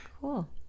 cool